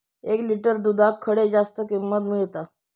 एक लिटर दूधाक खडे जास्त किंमत मिळात?